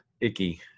icky